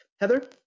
Heather